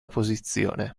posizione